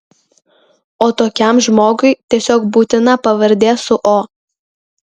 o tokiam žmogui tiesiog būtina pavardė su o